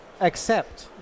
accept